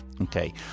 Okay